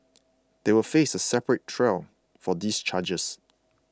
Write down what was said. they will face a separate trial for these charges